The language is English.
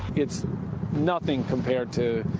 it's nothing compared to